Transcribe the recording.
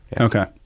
Okay